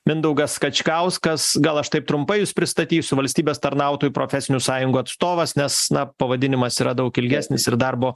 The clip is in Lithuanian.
mindaugas kačkauskas gal aš taip trumpai jus pristatysiu valstybės tarnautojų profesinių sąjungų atstovas nes na pavadinimas yra daug ilgesnis ir darbo